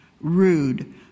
rude